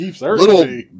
Little